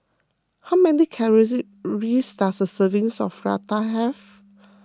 how many does a serving of Raita have